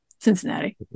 Cincinnati